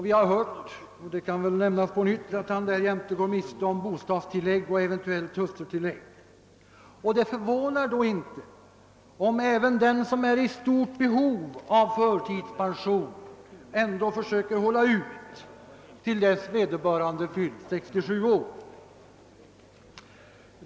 Vi har hört, och det kan väl sägas på nytt, att han därjämte går miste om bostadstilllägg och eventuellt hustrutillägg. Det förvånar då inte, om även den som är i stort behov av förtidspension ändå försöker att hålla ut till dess att han eller hon fyllt 67 år.